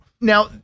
now